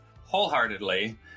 wholeheartedly